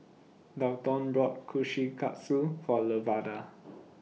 Dalton bought Kushikatsu For Lavada